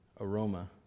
aroma